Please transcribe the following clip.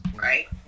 right